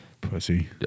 Pussy